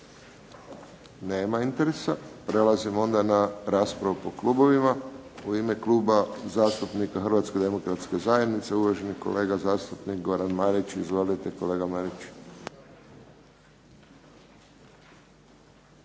Nema interesa. Prelazimo onda na raspravu po klubovima. U ime kluba zastupnika Hrvatske demokratske zajednice uvaženi kolega zastupnik Goran Marić. Izvolite, kolega Marić.